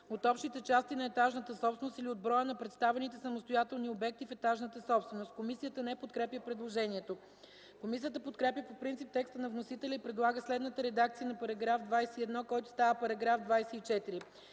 от общите части на етажната собственост или от броя на представените самостоятелни обекти в етажната собственост”.” Комисията не подкрепя предложението. Комисията подкрепя по принцип текста на вносителя и предлага следната редакция на § 21, който става § 24: „§ 24.